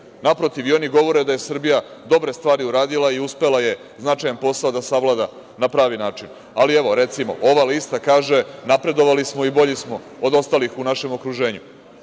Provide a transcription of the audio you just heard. Naprotiv, i oni govore da je Srbija dobre stvari uradila i uspela je značajan posao da savlada na pravi način. Evo, recimo, ova lista kaže - napredovali smo i bolji smo od ostalih u našem okruženju,